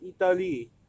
Italy